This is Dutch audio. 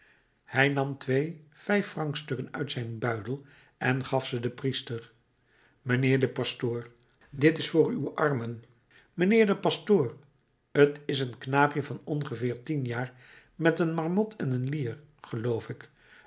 hij nam twee vijffrancstukken uit zijn buidel en gaf ze den priester mijnheer de pastoor dit is voor uw armen mijnheer de pastoor t is een knaapje van ongeveer tien jaar met een marmot en een lier geloof ik